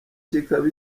kikaba